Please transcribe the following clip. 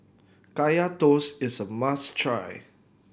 Kaya Toast is a must try